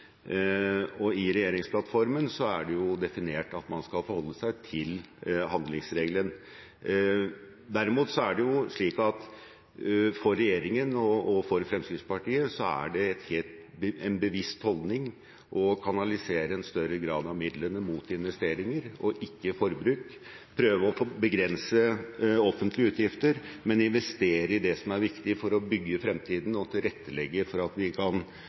det slik at for regjeringen og for Fremskrittspartiet er det en bevisst holdning å kanalisere en større grad av midlene mot investeringer og ikke forbruk – prøve å begrense offentlige utgifter, men investere i det som er viktig for å bygge fremtiden og tilrettelegge for at vi fortsatt kan